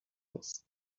است